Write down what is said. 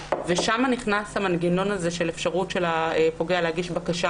ושם נכנס המנגנון של אפשרות של הפוגע להגיש בקשה.